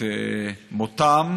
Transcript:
את מותם